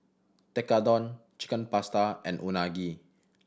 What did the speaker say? Tekkadon Chicken Pasta and Unagi